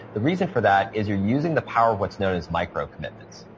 the reason for that is you're using the power what's known as micro commitments.